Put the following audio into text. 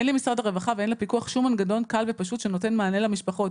אין למשרד הרווחה ואין לפיקוח שום מנגנון קל ופשוט שנותן מענה למשפחות.